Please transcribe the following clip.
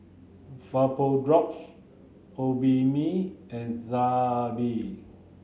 Vapodrops Obimin and Zappy